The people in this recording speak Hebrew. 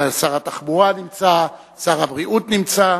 שר התחבורה נמצא, שר הבריאות נמצא,